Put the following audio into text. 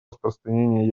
распространение